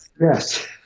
Yes